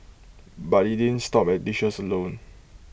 but IT didn't stop at dishes alone